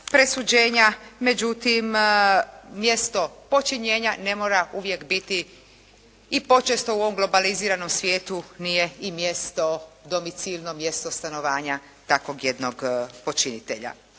presuđenja. Međutim mjesto počinjenja ne mora uvijek biti i počesto u ovom globaliziranom svijetu nije i mjesto, domicilno mjesto stanovanja takvog jednog počinitelja.